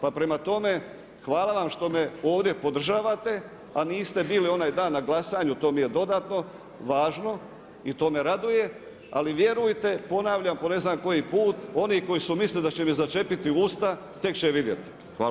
Pa prema tome, hvala vam što me ovdje podržavate, a niste bili onaj dan na glasanju, to mi je dodatno važno i to me raduje, ali vjerujte, ponavljam, po ne znam koji put, oni koji su mislili da će mi začepiti usta, tek će vidjeti.